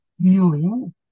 feeling